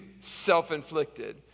self-inflicted